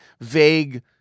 vague